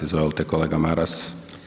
Izvolite kolega Maras.